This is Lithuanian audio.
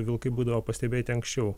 vilkai būdavo pastebėti anksčiau